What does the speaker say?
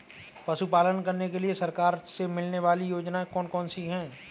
पशु पालन करने के लिए सरकार से मिलने वाली योजनाएँ कौन कौन सी हैं?